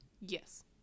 yes